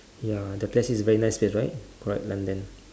ya the place is very nice place right correct london